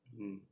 mm